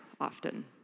often